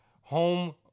Home